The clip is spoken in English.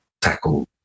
tackle